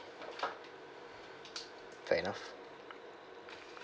fair enough